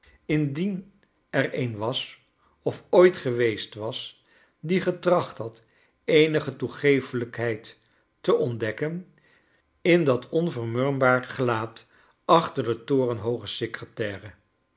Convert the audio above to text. indien er een was of ooit geweest was die getracht had eenige toegeeflijkheid te ontdekken in dat onvermurwbaar gelaat achter de torenhooge